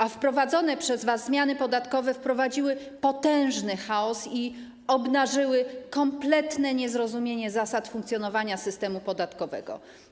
a wprowadzone przez was zmiany podatkowe spowodowały potężny chaos i obnażyły kompletne niezrozumienie zasad funkcjonowania systemu podatkowego.